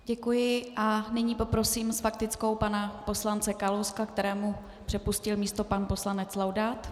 Děkuji a nyní poprosím s faktickou pana poslance Kalouska, kterému přepustil místo pan poslanec Laudát.